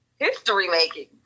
history-making